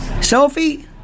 Sophie